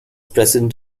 president